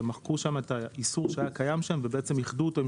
מחקו את האיסור שהיה קיים שם ובעצם איחדו אותו עם